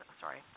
Sorry